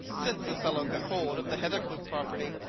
since the fellow got hold of the hathercleugh property,